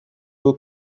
who